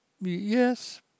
Yes